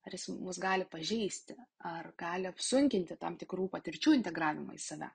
ar jis mus gali pažeisti ar gali apsunkinti tam tikrų patirčių integravimą į save